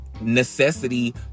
necessity